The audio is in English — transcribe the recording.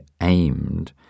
aimed